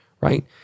Right